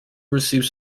received